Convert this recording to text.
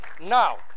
Now